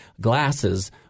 glasses